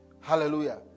Hallelujah